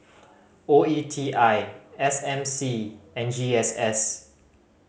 O E T I S M C and G S S